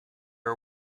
are